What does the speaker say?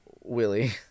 Willie